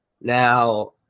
Now